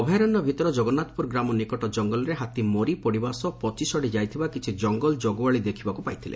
ଅଭୟାରଣ୍ୟ ଭିତର ଜଗନ୍ନାଥପୁର ଗାଁ ନିକଟ ଜଙ୍ଗଲରେ ହାତୀ ମରି ପଡିବା ସହ ପଚିସଢି ଯାଇଥିବା କିଛି ଜଙ୍ଙଲ ଜଗୁଆଳି ଦେଖିବାକୁ ପାଇଥିଲେ